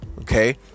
okay